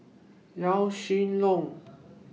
Yaw Shin Leong